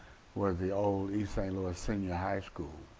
was the old east st. louis senior high school,